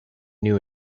new